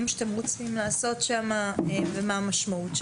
שאתם רוצים לעשות שם ומה המשמעות שלהם.